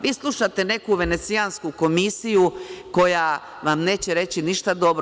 Vi slušate neku Venecijansku komisiju, koja vam neće reći ništa dobro.